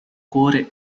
cuore